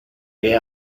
che